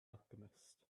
alchemist